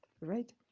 right